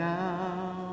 now